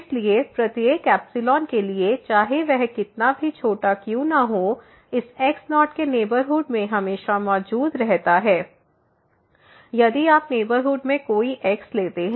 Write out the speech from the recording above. इसलिए प्रत्येक एप्सिलॉन के लिए चाहे वह कितना भी छोटा क्यों न हो इस x0 के नेबरहुड में हमेशा मौजूद रहता है यदि आप नेबरहुड में कोई x लेते हैं